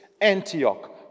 Antioch